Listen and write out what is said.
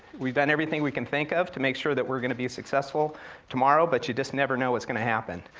we've done everything we can think of to make sure that we're gonna be successful tomorrow, but you just never know what's gonna happen.